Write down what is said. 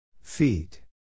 feet